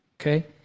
okay